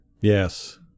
Yes